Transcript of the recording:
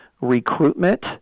recruitment